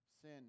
sin